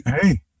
Hey